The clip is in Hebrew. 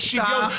יש שוויון.